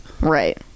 Right